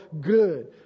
good